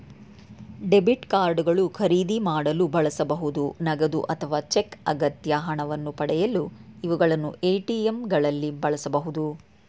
debit card ಗಳು ಖರೀದಿ ಮಾಡಲು ಬಳಸಬಹುದು ನಗದು ಅಥವಾ ಚೆಕ್ ಅಗತ್ಯ ಹಣವನ್ನು ಪಡೆಯಲು ಇವುಗಳನ್ನು ಎ.ಟಿ.ಎಂ ಗಳಲ್ಲಿ ಬಳಸಬಹುದು